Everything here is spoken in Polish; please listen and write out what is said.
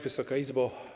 Wysoka Izbo!